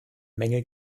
menge